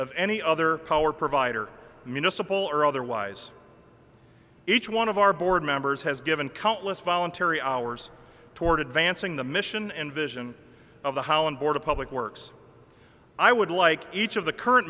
of any other power provider municipal or otherwise each one of our board members has given countless voluntary hours toward advancing the mission and vision of the hauen board of public works i would like each of the current